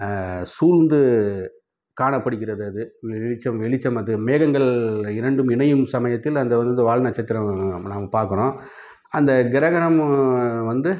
சூழ்ந்துக் காணப்படுகிறது அது வெளிச்சம் வெளிச்சம் அது மேகங்கள் இரண்டும் இணையும் சமயத்தில் அந்த வால் நட்சத்திரம் நம் நாம் பார்க்கறோம் அந்தக் கிரகணமும் வந்து